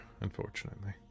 unfortunately